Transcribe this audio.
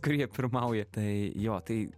kur jie pirmauja tai jo tai